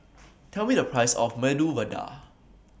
Tell Me The Price of Medu Vada